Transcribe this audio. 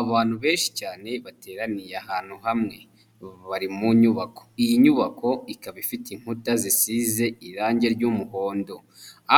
Abantu benshi cyane bateraniye ahantu hamwe bari mu nyubako, iyi nyubako ikaba ifite inkuta zisize irangi ry'umuhondo,